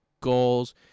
goals